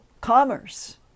commerce